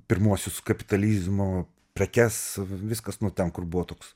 pirmuosius kapitalizmo prekes viskas nu ten kur buvo toks